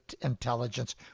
intelligence